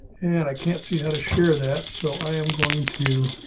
and i can't see how to share that. so i am going to